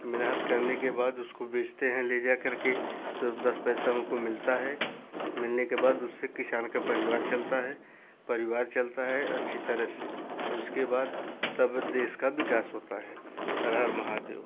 मेहनत करने के बाद उसको बेचते हैं लेजाकर के तो दस पैसा उनको मिलता है मिलने के बाद उससे किसान का परिवार चलता है परिवार चलता है अच्छी तरह से उसके बाद तब देश का विकास होता है हर हर महादेव